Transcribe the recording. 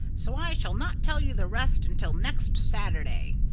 so i shall not tell you the rest until next saturday.